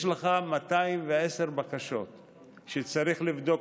יש לך 210 בקשות שצריך לבדוק,